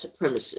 supremacist